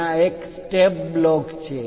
ત્યાં એક step block છે